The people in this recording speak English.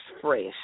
fresh